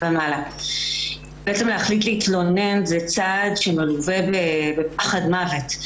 בעצם להחליט להתלונן זה צעד שמלווה בפחד מוות.